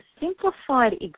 simplified